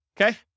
Okay